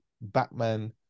Batman